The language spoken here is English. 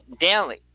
daily